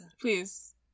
Please